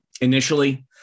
initially